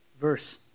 Verse